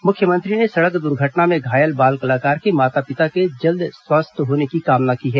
मुख्यमंत्री ने सड़क दुर्घटना में घायल बाल कलाकार के माता पिता के जल्द स्वस्थ होने की कामना की है